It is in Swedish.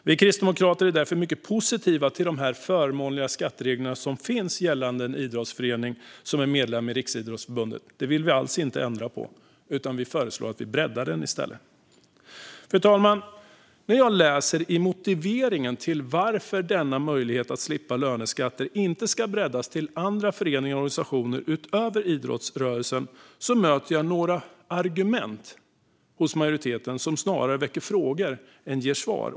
Vi kristdemokrater är därför mycket positiva till de förmånliga skattereglerna för idrottsföreningar som är medlem i Riksidrottsförbundet. Det vill vi alls inte ändra på, utan vi föreslår att de i stället breddas. Fru talman! När jag läser motiveringen till att denna möjlighet att slippa löneskatter inte ska breddas till föreningar och organisationer utöver idrottsrörelsen möter jag några argument hos majoriteten som snarare väcker frågor än ger svar.